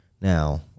Now